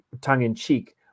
tongue-in-cheek